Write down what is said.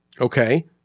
Okay